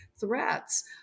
threats